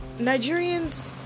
Nigerians